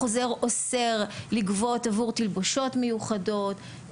החוזר אוסר לגבות עבור תלבושות מיוחדות,